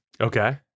okay